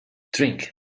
drink